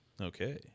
Okay